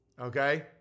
Okay